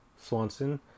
Swanson